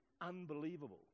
unbelievable